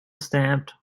stamped